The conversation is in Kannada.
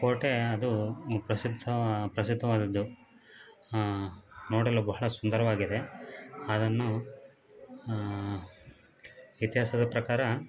ಕೋಟೆ ಅದು ಮು ಪ್ರಸಿದ್ಧ ಪ್ರಸಿದ್ಧವಾದದ್ದು ನೋಡಲು ಬಹಳ ಸುಂದರವಾಗಿದೆ ಅದನ್ನು ನಾವು ಇತಿಹಾಸದ ಪ್ರಕಾರ